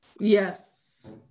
yes